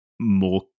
more